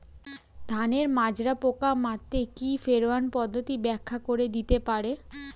ধানের মাজরা পোকা মারতে কি ফেরোয়ান পদ্ধতি ব্যাখ্যা করে দিতে পারে?